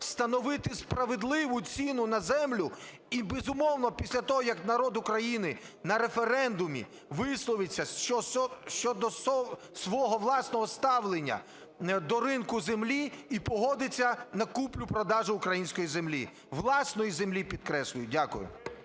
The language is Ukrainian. встановити справедливу ціну на землю, і, безумовно, після того, як народ України на референдумі висловиться щодо свого власного ставлення до ринку землі і погодиться на купівлю-продаж української землі, власної землі, підкреслюю. Дякую.